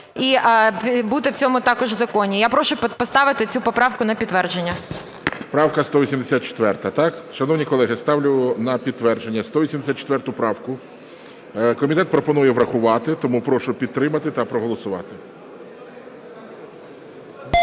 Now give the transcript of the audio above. і бути в цьому також законі. Я прошу поставити цю поправку на підтвердження. ГОЛОВУЮЧИЙ. Правка 184, так? Шановні колеги, ставлю на підтвердження 184 правку. Комітет пропонує врахувати. Тому прошу підтримати та проголосувати.